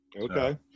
Okay